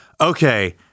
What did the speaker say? Okay